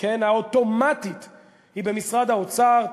האוטומטית היא במשרד האוצר,